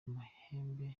amahembe